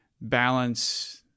balance